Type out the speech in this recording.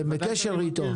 אתם בקשר אתו?